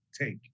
take